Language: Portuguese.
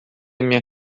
minha